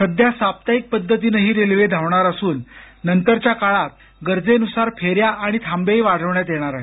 सध्या साप्ताहिक पद्धतीनं ही रेल्वे धावणार असून नंतरच्या काळात गरजेनुसार फेऱ्या आणि थांबेही वाढवण्यात येणार आहेत